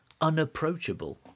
unapproachable